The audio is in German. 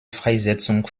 freisetzung